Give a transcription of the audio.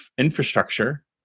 infrastructure